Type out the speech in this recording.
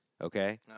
okay